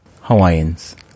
Hawaiians